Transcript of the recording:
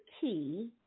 key